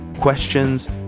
questions